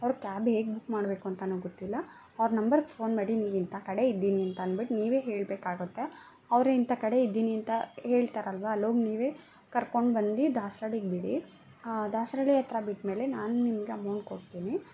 ಅವ್ರ್ಗೆ ಕ್ಯಾಬ್ ಹೇಗೆ ಬುಕ್ ಮಾಡಬೇಕು ಅಂತನೂ ಗೊತ್ತಿಲ್ಲ ಅವ್ರ ನಂಬರ್ಗೆ ಫೋನ್ ಮಾಡಿ ನೀವಿಂಥ ಕಡೆ ಇದ್ದೀನಿ ಅಂತನ್ಬಿಟ್ಟು ನೀವೇ ಹೇಳಬೇಕಾಗುತ್ತೆ ಅವರೇ ಇಂಥ ಕಡೆ ಇದ್ದೀನಿ ಅಂತ ಹೇಳ್ತಾರಲ್ವಾ ಅಲ್ಲೋಗಿ ನೀವೇ ಕರ್ಕೊಂಡ್ಬಂದು ದಾಸ್ರಳ್ಳಿಗೆ ಬಿಡಿ ದಾಸರಳ್ಳಿ ಹತ್ರ ಬಿಟ್ಟಮೇಲೆ ನಾನು ನಿಮಗೆ ಅಮೌಂಟ್ ಕೊಡ್ತೀನಿ